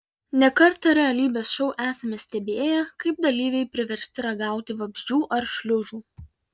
ne kartą realybės šou esame stebėję kaip dalyviai priversti ragauti vabzdžių ar šliužų